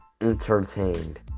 entertained